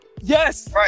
Yes